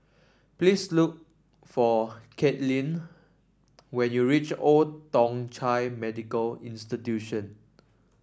please look for Kathleen when you reach Old Thong Chai Medical Institution